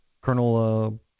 Colonel